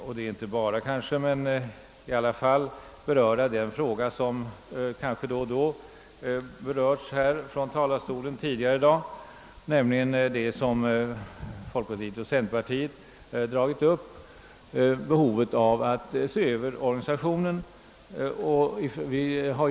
Slutligen, herr talman, skall jag beröra en fråga som då och då tidigare i dag behandlats och som folkpartiet och centerpartiet tagit upp, nämligen behovet av att se över den administrativa organisationen.